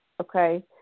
okay